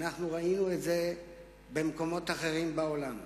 ראינו את זה במקומות אחרים בעולם,